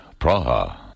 Praha